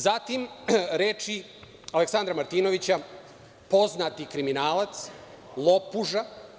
Zatim reči Aleksandra Martinovića – poznati kriminalac, lopuža.